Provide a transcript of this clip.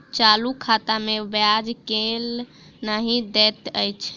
चालू खाता मे ब्याज केल नहि दैत अछि